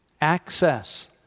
access